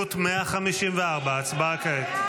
הסתייגות 154, הצבעה כעת.